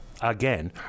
again